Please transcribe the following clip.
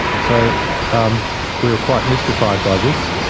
so um we were quite mystified by this.